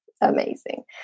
amazing